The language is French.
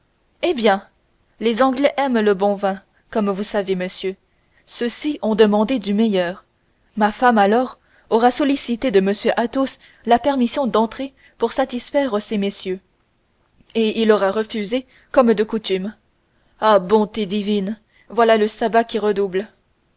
eh bien les anglais aiment le bon vin comme vous savez monsieur ceux-ci ont demandé du meilleur ma femme alors aura sollicité de m athos la permission d'entrer pour satisfaire ces messieurs et il aura refusé comme de coutume ah bonté divine voilà le sabbat qui redouble